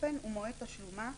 אופן ומועד תשלומה,